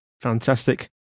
Fantastic